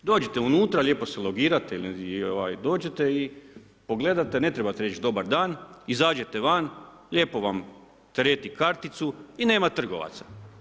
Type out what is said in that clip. Dođete unutra, lijepo se ulogirate i dođete i pogledate, ne trebate reći dobar dan, izađete van, lijepo vam tereti karticu i nema trgovaca.